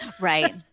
Right